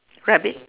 rabbit